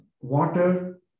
water